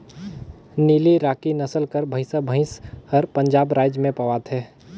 नीली राकी नसल कर भंइसा भंइस हर पंजाब राएज में पवाथे